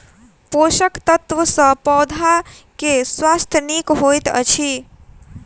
पोषक तत्व सॅ पौधा के स्वास्थ्य नीक होइत अछि